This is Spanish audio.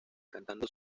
cantando